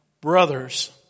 brothers